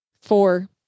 Four